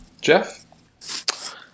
Jeff